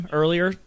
earlier